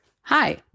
Hi